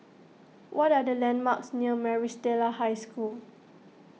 what are the landmarks near Maris Stella High School